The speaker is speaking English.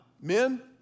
men